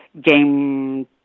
Game